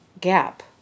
gap